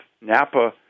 Napa